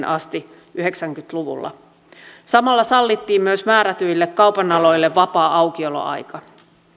asti yhdeksänkymmentä luvulla samalla sallittiin myös määrätyille kaupan aloille vapaa aukioloaika